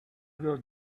will